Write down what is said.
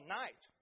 night